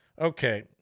Okay